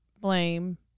blame